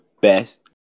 best